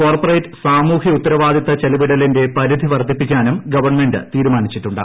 corporate സാമൂഹ്യ ഉത്തവാദിത്ത ചെലവിടലിന്റെ പരിധി വർദ്ധിപ്പിക്കാനും ഗവൺമെന്റ് തീരുമാനിച്ചിട്ടുണ്ട്